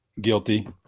guilty